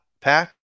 pack